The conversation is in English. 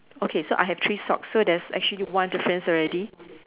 okay so I have three socks so there's actually one difference already